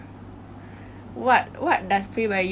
yes basically that's it